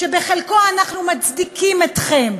שבחלקו אנחנו מצדיקים אתכם,